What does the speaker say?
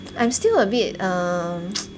I am still a bit um